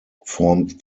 formed